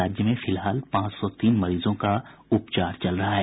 राज्य में फिलहाल पांच सौ तीन मरीजों का उपचार चल रहा है